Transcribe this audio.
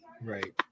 Right